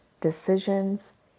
decisions